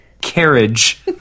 Carriage